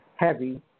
Heavy